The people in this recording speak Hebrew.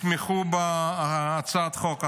יתמכו בהצעת החוק הנ"ל.